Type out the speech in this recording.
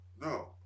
No